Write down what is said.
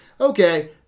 okay